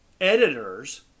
editors